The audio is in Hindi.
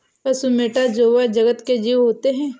पशु मैटा जोवा जगत के जीव होते हैं